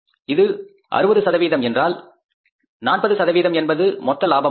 இது 60 சதவீதம் ஏனென்றால் 40 சதவீதம் என்பது மொத்த லாபமாகும்